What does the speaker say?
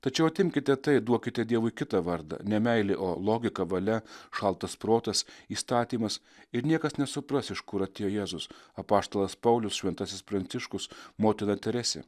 tačiau atimkite tai duokite dievui kitą vardą ne meilė o logika valia šaltas protas įstatymas ir niekas nesupras iš kur atėjo jėzus apaštalas paulius šventasis pranciškus motina teresė